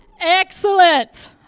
Excellent